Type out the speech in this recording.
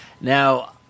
Now